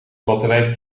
batterij